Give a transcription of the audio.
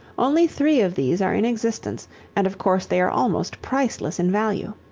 only three of these are in existence and of course they are almost priceless in value.